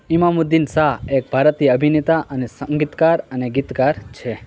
ઈમામુદ્દીન શાહ એક ભારતીય અભિનેતા અને સંગીતકાર અને ગીતકાર છે